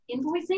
Invoicing